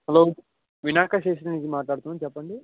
hello Vinayaka station నుంచి మాట్లాడుతున్నాను చెప్పండి